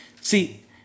See